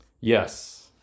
Yes